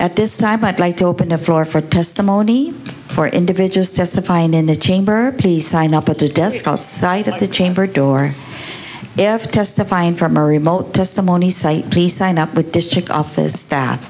at this time i'd like to open a floor for testimony for individuals testifying in the chamber please sign up at the desk outside at the chamber door if testifying from remote testimony site please sign up with district office staff